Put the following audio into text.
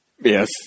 Yes